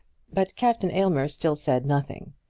but captain aylmer still said nothing.